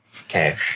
okay